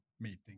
meeting